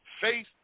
Faith